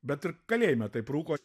bet ir kalėjime taip rūko